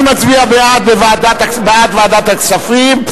מי מצביע בעד ועדת הכספים?